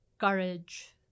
courage